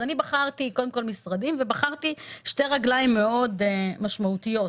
אני בחרתי קודם כל משרדים ובחרתי שתי רגליים מאוד משמעותיות.